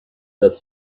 the